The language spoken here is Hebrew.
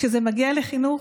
כשזה מגיע לחינוך,